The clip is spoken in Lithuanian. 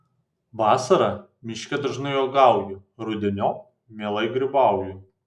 vasarą miške dažnai uogauju rudeniop mielai grybauju